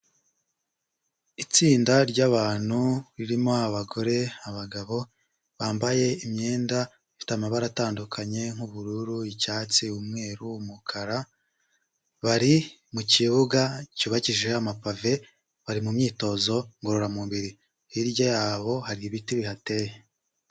Itsinda ry'abantu, ririmo abagore, abagabo bambaye imyenda ifite amabara atandukanye, nk'ubururu, icyatsi umweru, umukara, bari mu kibuga cyubakije amapave, bari mu myitozo ngororamubiri, hirya yabo hari ibiti bihateye.